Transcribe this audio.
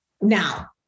now